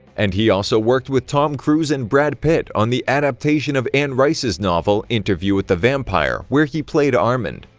and he also worked with tom cruise and brad pitt, on the adaptation of anne rice's novel, interview with the vampire, where he played armand.